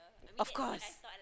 of course